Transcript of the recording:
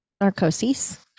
Narcosis